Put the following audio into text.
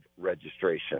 registration